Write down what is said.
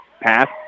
Pass